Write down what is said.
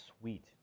sweet